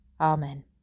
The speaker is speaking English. Amen